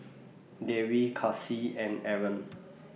Dewi Kasih and Aaron